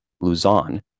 luzon